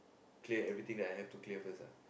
kay everything that I have to clear first